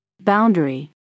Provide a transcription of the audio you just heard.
Boundary